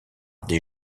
des